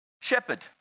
shepherd